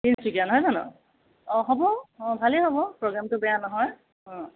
তিনিচুকীয়া নহয় জানো অঁ হ'ব অঁ ভালেই হ'ব প্ৰগ্ৰামটো বেয়া নহয় অঁ